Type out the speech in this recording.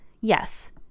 Yes